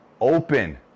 Open